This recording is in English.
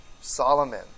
Solomon